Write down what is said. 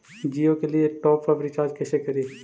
जियो के लिए top up recharge कैसे करी?